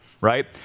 Right